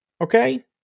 okay